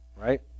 right